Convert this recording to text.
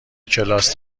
کلاس